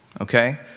okay